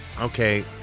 Okay